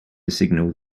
signal